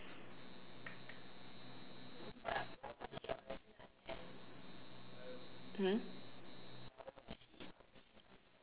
hmm